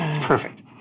Perfect